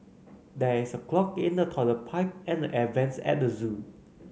there is a clog in the toilet pipe and the air vents at the zoo